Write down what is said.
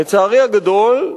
לצערי הגדול,